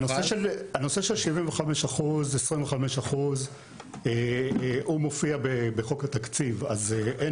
הנושא של ה-75% ו-25% מופיע בחוק התקציב אז אין